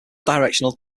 directional